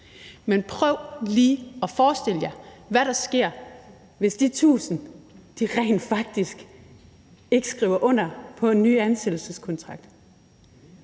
Men prøv lige at forestille jer, hvad der sker, hvis de tusind rent faktisk ikke skriver under på en ny ansættelseskontrakt.